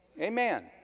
Amen